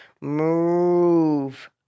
move